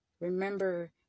remember